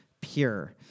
pure